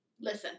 listen